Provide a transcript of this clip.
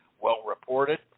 well-reported